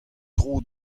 tro